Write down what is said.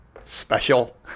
special